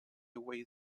way